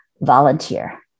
volunteer